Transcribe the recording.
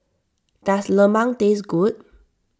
does Lemang taste good